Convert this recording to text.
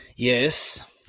Yes